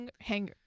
hanger